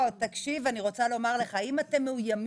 אני רוצה להגיד על השירות הלאומי,